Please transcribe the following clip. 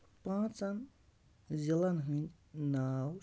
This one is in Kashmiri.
پانٛژھن صِعلن ہِندۍ ناو